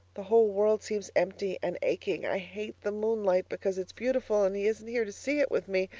the whole world seems empty and aching. i hate the moonlight because it's beautiful and he isn't here to see it with me.